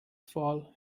fall